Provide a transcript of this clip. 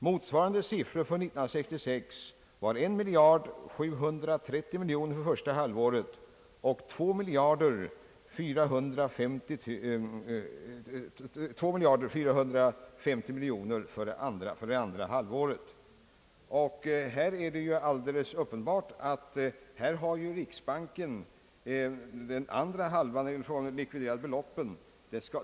Motsvarande siffror för 1966 var 1730 miljoner kronor för första halvåret och 2450 miljoner för andra halvåret. När man talar om efiersläpningen av de likviderade beloppen — de siffror som hr Hilding läste upp — drabbar denna kritik helt andra kreditinstitut än riksbanken.